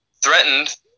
threatened